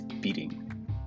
beating